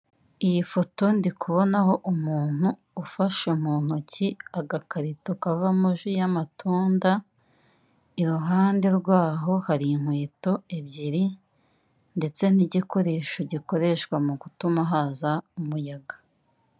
Iyi foto ndikubonaho umuntu ufashe mu ntoki agakarito kavamo ji y'amatunda, iruhande rwaho hari inkweto ebyiri ndetse n'igikoresho gikoreshwa mugutuma haza umuyaga.